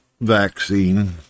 vaccine